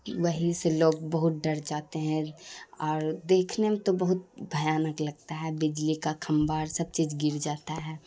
وہی سے لوگ بہت ڈر جاتے ہیں اور دیکھنے میں تو بہت بھیانک لگتا ہے بجلی کا کھمبا سب چیز گر جاتا ہے